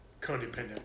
codependent